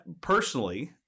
Personally